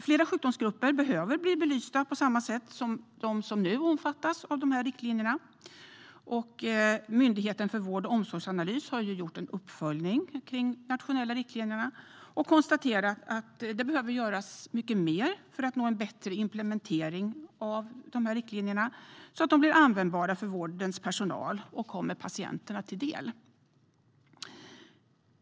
Fler sjukdomsgrupper behöver bli belysta på samma sätt som de som nu omfattas av riktlinjerna. Myndigheten för vård och omsorgsanalys har gjort en uppföljning av de nationella riktlinjerna och konstaterar att mer behöver göras för att nå en bättre implementering av riktlinjerna så att de blir användbara för vårdpersonalen och kommer patienterna till del.